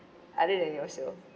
other than yourself